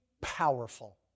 powerful